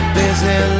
busy